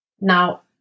Now